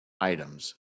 items